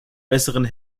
besseren